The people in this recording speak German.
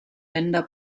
länder